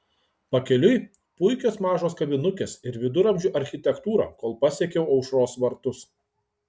pakeliui puikios mažos kavinukės ir viduramžių architektūra kol pasiekiau aušros vartus